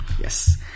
Yes